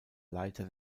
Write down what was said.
leiter